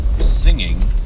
singing